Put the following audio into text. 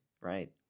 right